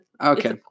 okay